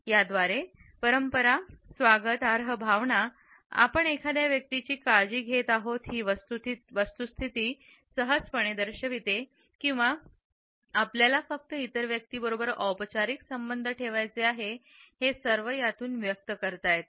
याद्वारे परंपरा स्वागतार्ह भावनाआपण एखाद्या व्यक्तीची काळजी घेत आहोत ही वस्तुस्थिती सहजपणे दर्शवते किंवा आपल्याला फक्त इतर व्यक्तीबरोबर औपचारिक संबंध ठेवायचे आहे हे सर्व व्यक्त करता येते